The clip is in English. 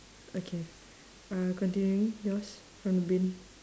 okay uh continuing yours from the bin